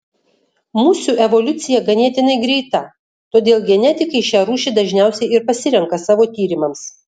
musių evoliucija ganėtinai greita todėl genetikai šią rūšį dažniausiai ir pasirenka savo tyrimams